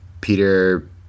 Peter